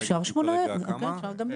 אפשר שמונה, אפשר גם יום.